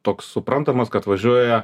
toks suprantamas kad važiuoja